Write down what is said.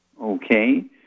Okay